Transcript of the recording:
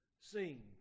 sing